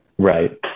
Right